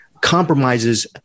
compromises